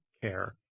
care